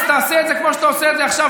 אז תעשה את זה כמו שאתה עושה את זה עכשיו,